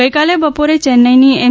ગઈકાલે બપોરે ચેન્નાઈની એમ